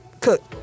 cook